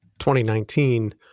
2019